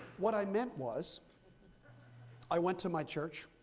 what i meant was i went to my church.